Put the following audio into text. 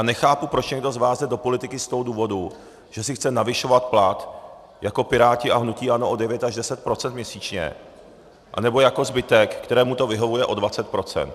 Nechápu, proč někdo z vás jde do politiky z toho důvodu, že si chce navyšovat plat jako Piráti a hnutí ANO o devět až deset procent měsíčně, anebo jako zbytek, kterému to vyhovuje o dvacet procent.